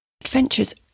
Adventures